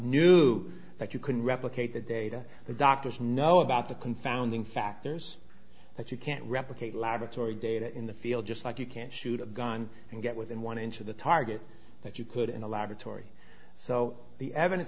knew that you couldn't replicate the data the doctors know about the confounding factors but you can't replicate laboratory data in the field just like you can shoot a gun and get within one inch of the target that you could in a laboratory so the evidence